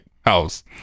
house